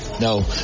no